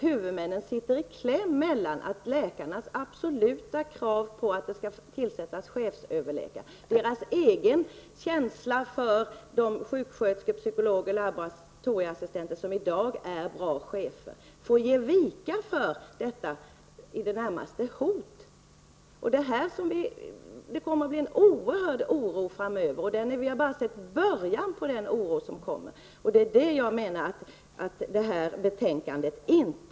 Huvudmännen sitter i kläm genom läkarnas absoluta krav på att det skall tillsättas chefsöverläkare. Deras egen känsla för de sjuksköterskor, psykologer och laboratorieassistenter som i dag är bra chefer får ge vika för läkarnas krav, som i det närmaste kan sägas vara ett hot. Det kommer att bli en oerhörd oro framöver, en oro som vi bara har sett början på. Det är ett problem som man enligt min mening inte reder upp i betänkandet.